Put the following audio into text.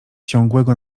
ciągłego